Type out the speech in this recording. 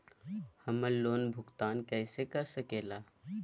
हम्मर लोन भुगतान कैसे कर सके ला?